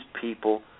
people